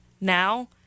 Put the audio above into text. Now